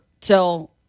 till